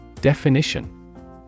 Definition